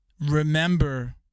remember